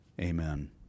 Amen